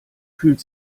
fühlt